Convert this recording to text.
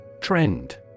Trend